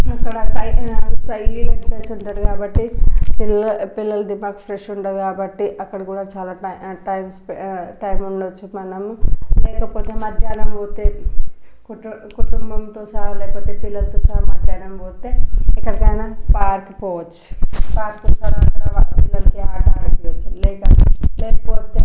అక్కడ సై శైలి ప్లేస్ ఉంటుంది కాబట్టి పిల్ల పిల్లలది బాగా ఫ్రెష్ ఉంటుంది కాబట్టి అక్కడ కూడా చాలా టై టైమ్ స్పెన్ టైమ్ ఉండొచ్చు మనము లేకపోతే మధ్యాహ్నం పోతే కుటు కుటుంబంతో సహా లేకపోతే పిల్లలతో సహా మధ్యాహ్నం పోతే ఎక్కడికైనా పార్క్ పోవచ్చు పార్క్ కాడ అక్కడ వా పిల్లలకి ఆట ఆడిపియ్యచ్చు లేదా లేకపోతే